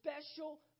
special